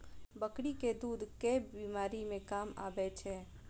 बकरी केँ दुध केँ बीमारी मे काम आबै छै?